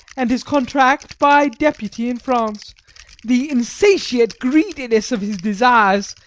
and his contract by deputy in france the insatiate greediness of his desires,